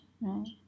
right